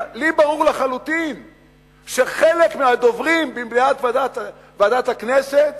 לי ברור לחלוטין שחלק מהדוברים במליאת ועדת הכנסת